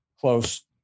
close